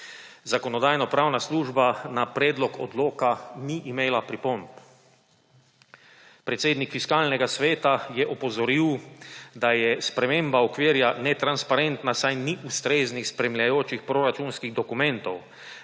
Zakonodajno-pravna služba na predlog odloka ni imela pripomb. Predsednik Fiskalnega sveta je opozoril, da je sprememba okvira netransparentna, saj ni ustreznih spremljajočih proračunskih dokumentov,